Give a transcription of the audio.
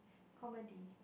comedy